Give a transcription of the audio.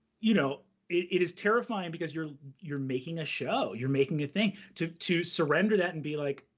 you know it it is terrifying because you're you're making a show. you're making a thing. to to surrender that and be like,